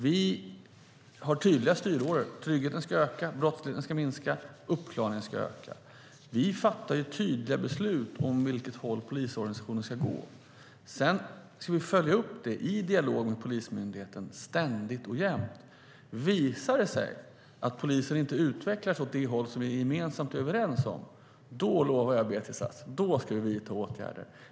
Vi har tydliga styråror: Tryggheten ska öka, brottsligheten ska minska och uppklaringen ska öka. Vi fattar tydliga beslut om åt vilket håll polisorganisationen ska gå. Sedan ska vi följa upp det i dialog med polismyndigheten ständigt och jämt. Visar det sig att polisen inte utvecklas åt det håll som vi gemensamt är överens om lovar jag Beatrice Ask att vi ska vidta åtgärder.